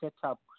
setup